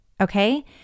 Okay